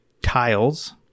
Tiles